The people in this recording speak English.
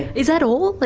is that all,